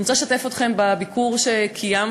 אני רוצה לשתף אתכם בביקור שקיימנו